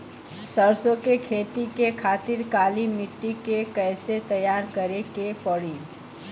सरसो के खेती के खातिर काली माटी के कैसे तैयार करे के पड़ी?